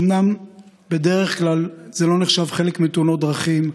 אומנם בדרך כלל זה לא נחשב חלק מתאונות דרכים,